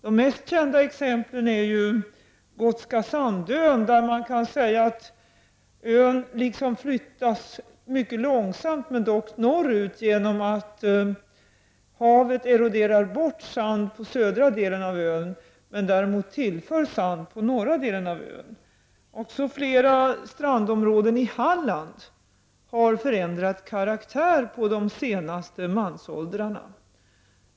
Det mest kända exemplet är Gotska Sandön, där det kan sägas att ön flyttas mycket långsamt men dock norrut genom att havet eroderar bort sand på den södra delen av ön men tillför sand på den norra delen. Också flera strandområden i Halland har ändrat karaktär under de senaste mansåldrarna.